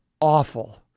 awful